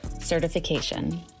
certification